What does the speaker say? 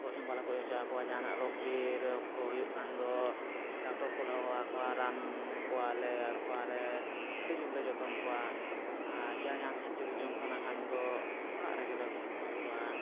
ᱜᱚᱡ ᱦᱚᱸ ᱵᱟᱞᱮ ᱜᱚᱡ ᱦᱚᱪᱚ ᱟᱠᱚᱣᱟ ᱡᱟᱦᱟᱱᱟᱜ ᱨᱳᱜᱽ ᱵᱤᱦᱤᱱ ᱠᱚ ᱦᱩᱭᱩᱜ ᱠᱷᱟᱱ ᱫᱚ ᱰᱟᱠᱛᱚᱨ ᱠᱚᱞᱮ ᱦᱚᱦᱚ ᱟᱠᱚᱣᱟ ᱨᱟᱱ ᱠᱚᱣᱟᱞᱮ ᱟᱨ ᱠᱚᱣᱟᱞᱮ ᱟᱹᱰᱤ ᱡᱳᱨ ᱞᱮ ᱡᱚᱛᱚᱱ ᱠᱚᱣᱟ ᱟᱨ ᱡᱟᱦᱟᱸᱭ ᱡᱟᱦᱟᱸ ᱛᱤᱥ ᱡᱩᱫᱤ ᱡᱚᱢ ᱥᱟᱱᱟ ᱠᱷᱟᱱ ᱫᱚ ᱚᱲᱟᱜ ᱨᱮᱜᱮ ᱞᱮ ᱜᱚᱡ ᱠᱚᱣᱟ ᱟᱨ